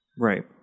Right